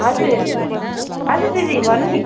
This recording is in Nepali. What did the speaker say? हजुर हजुर दिदी भन्नु नि